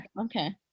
Okay